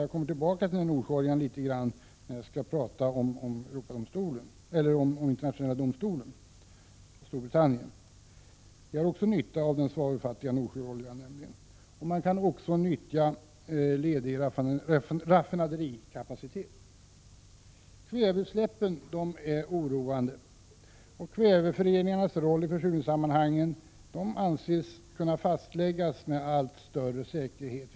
Jag kommer tillbaka till frågan om Nordsjöoljan när jag senare skall säga några ord om Internationella domstolen och Storbritannien, som också har nytta av den svavelfattiga Nordsjöoljan. Man kan även utnyttja ledig raffinaderikapacitet. Kväveutsläppen är oroande. Kväveföreningarnas roll i försurningen av skogen anses kunna fastläggas med allt större säkerhet.